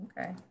Okay